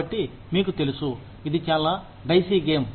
కాబట్టి మీకు తెలుసు ఇది చాలా డైసీ గేమ్